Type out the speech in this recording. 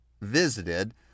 visited